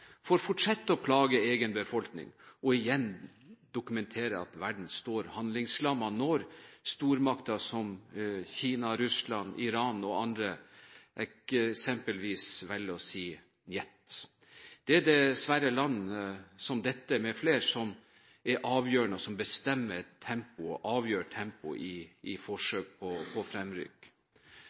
fortsette å plage sin egen befolkning, og igjen dokumentere at verden står handlingslammet når stormakter som Kina, Russland, Iran og andre eksempelvis velger å si njet. Det er dessverre land som disse m.fl. som er avgjørende og som bestemmer og avgjør tempoet i forsøk på